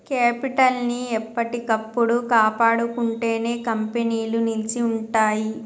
capital ని ఎప్పటికప్పుడు కాపాడుకుంటేనే కంపెనీలు నిలిచి ఉంటయ్యి